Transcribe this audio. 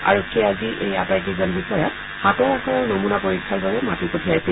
আৰক্ষীয়ে আজি এই আটাইকেইজন বিষয়াক হাতৰ আখৰৰ নমুনা পৰীক্ষাৰ বাবে মাতি পঠিয়াইছিল